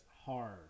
Hard